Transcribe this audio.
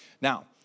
Now